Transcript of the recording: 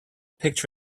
picture